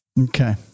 Okay